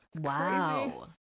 Wow